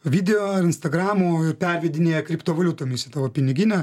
video ar instagramo pervedinėja kriptovaliutomis į tavo piniginę